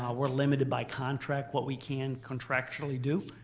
ah we're limited by contract what we can contractually do